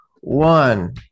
One